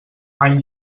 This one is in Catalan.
any